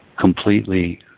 completely